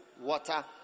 water